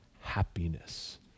happiness